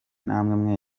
namwe